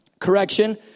correction